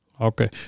Okay